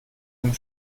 dem